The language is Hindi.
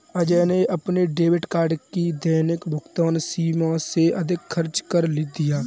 अजय ने अपने डेबिट कार्ड की दैनिक भुगतान सीमा से अधिक खर्च कर दिया